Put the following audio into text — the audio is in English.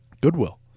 Goodwill